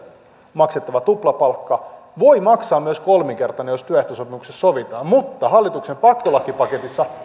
maksettava tuplapalkka voidaan maksaa myös kolminkertaisena jos työehtosopimuksessa sovitaan mutta hallituksen pakkolakipaketissa